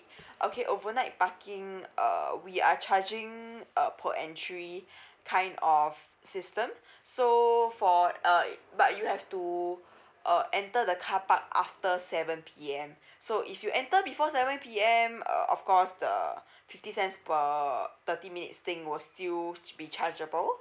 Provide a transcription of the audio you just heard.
okay overnight parking uh we are charging uh per entry kind of system so for uh but you have to uh enter the car park after seven P_M so if you enter before seven P_M uh of course the fifty cents per thirty minutes thing will still be chargeable